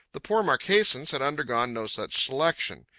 the poor marquesans had undergone no such selection.